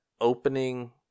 opening